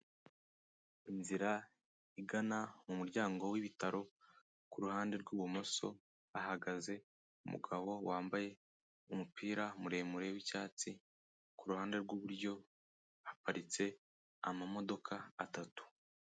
Inzira igana mu muryango w'ibitaro, ku ruhande rw'ibumoso hahagaze umugabo wambaye umupira muremure w'icyatsi, ku ruhande rw'iburyo haparitse amamodoka atatu.